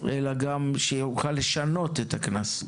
אלא גם יוכל לשנות את הקנס.